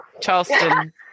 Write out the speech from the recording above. Charleston